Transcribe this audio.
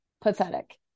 pathetic